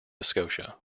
scotia